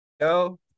Yo